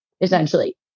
essentially